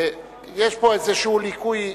יש פה איזה ליקוי,